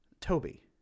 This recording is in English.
Toby